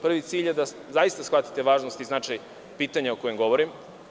Prvi cilj je da zaista shvatite važnost i značaj pitanja o kojem govorim.